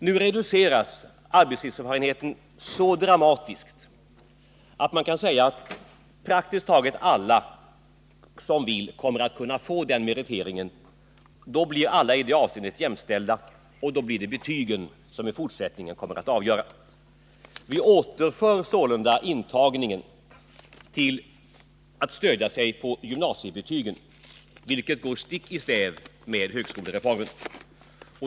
Nu reduceras värdet av arbetslivserfarenheten så dramatiskt att praktiskt taget alla som vill kommer att kunna få den meriteringen. Då blir alla i det avseendet jämställda, och då blir det betygen som i fortsättningen kommer att avgöra. Vi återför sålunda intagningen till det systemet att man stödjer sig på gymnasiebetygen, vilket går stick i stäv med högskolereformen.